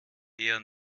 eher